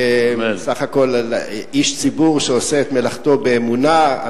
בסך הכול איש ציבור שעושה את מלאכתו באמונה,